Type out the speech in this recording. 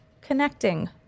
connecting